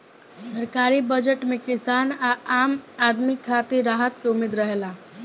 सरकारी बजट में किसान आ आम आदमी खातिर राहत के उम्मीद रहेला